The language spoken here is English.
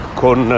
con